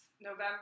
November